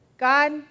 God